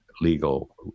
legal